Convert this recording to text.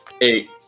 Eight